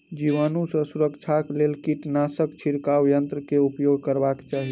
जीवाणु सॅ सुरक्षाक लेल कीटनाशक छिड़काव यन्त्र के उपयोग करबाक चाही